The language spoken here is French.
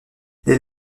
les